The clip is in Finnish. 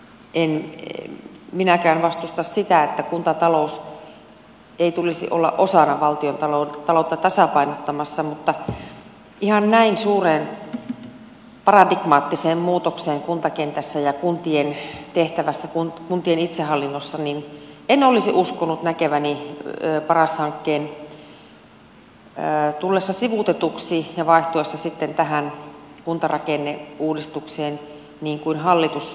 en minäkään vastusta sitä että kuntatalous olisi osana valtiontaloutta tasapainottamassa mutta ihan näin suurta paradigmaattista muutosta kuntakentässä ja kuntien tehtävässä kuntien itsehallinnossa en olisi uskonut näkeväni paras hankkeen tullessa sivuutetuksi ja vaihtuessa sitten tähän kuntarakenneuudistukseen niin kuin hallitus sitä nyt vie